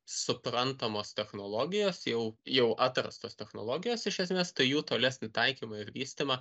suprantamos technologijos jau jau atrastos technologijos iš esmės tai jų tolesnį taikymą ir vystymą